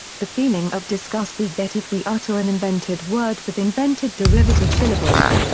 the feeling of disgust we get if we utter an invented word with invented derivative syllables.